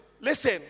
Listen